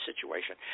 situation